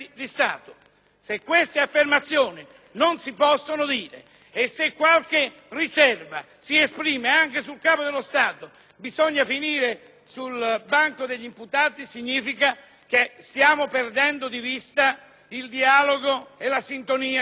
Se queste affermazioni non si possono fare e se per qualche riserva che si esprime anche sul Capo dello Stato bisogna finire sul banco degli imputati, allora significa che stiamo perdendo di vista il dialogo e la sintonia con la gente.